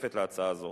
לתוספת להצעה זו,